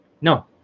No